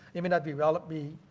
it may not be well it be